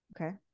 Okay